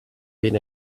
been